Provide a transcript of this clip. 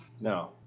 No